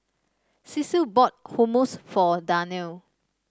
Cecil bought Hummus for Darnell